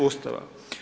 Ustava.